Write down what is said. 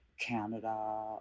Canada